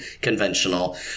conventional